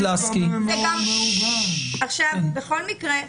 בכל מקרה,